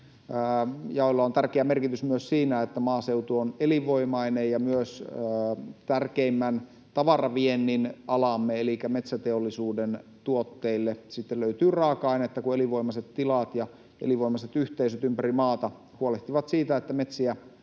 jaoilla on tärkeä merkitys myös siinä, että maaseutu on elinvoimainen ja että myös tärkeimmän tavaraviennin alamme elikkä metsäteollisuuden tuotteille sitten löytyy raaka-ainetta, kun elinvoimaiset tilat ja elinvoimaiset yhteisöt ympäri maata huolehtivat siitä, että metsiä